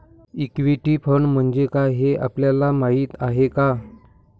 Equity fund म्हणजे काय, हे आपल्याला माहीत आहे का?